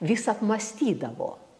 vis apmąstydavo